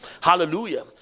Hallelujah